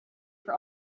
for